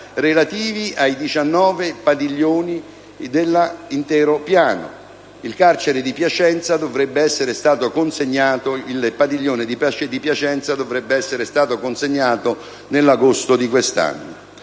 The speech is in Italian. relativi ai 19 padiglioni dell'intero piano. Il padiglione del carcere di Piacenza dovrebbe essere stato consegnato nell'agosto di quest'anno.